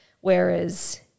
whereas